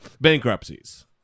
bankruptcies